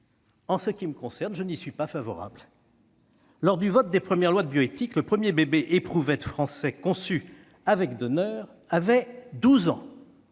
En ce qui me concerne, je n'y suis pas favorable. Lors du vote des premières lois de bioéthique, le premier « bébé-éprouvette » français conçu avec donneur avait 12 ans.